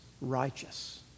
righteous